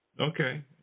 Okay